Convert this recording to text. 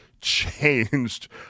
changed